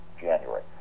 January